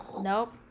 Nope